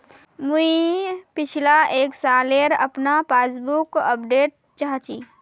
मुई पिछला एक सालेर अपना पासबुक अपडेट चाहची?